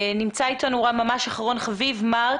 נמצא אתנו מארק לוריא,